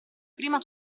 prima